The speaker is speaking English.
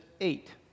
eight